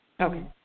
Okay